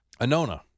Anona